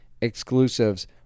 exclusives